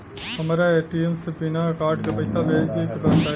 हमरा ए.टी.एम से बिना कार्ड के पईसा भेजे के बताई?